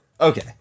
Okay